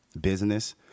business